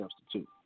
substitute